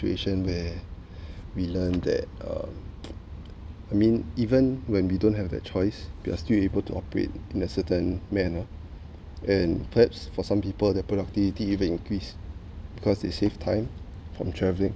situation where we learnt that uh I mean even when we don't have that choice we're still able to operate in a certain manner and perhaps for some people their productivity even increase because they save time from travelling